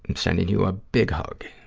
sending you a big hug.